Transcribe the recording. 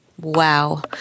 Wow